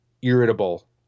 irritable